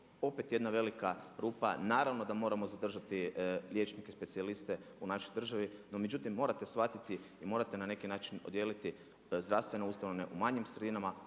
opet jedna velika rupa. Naravno da moramo zadržati liječnike specijaliste u našoj državi, no međutim morate shvatiti i morate na neki način odjeliti zdravstvene ustanove u manjim sredinama,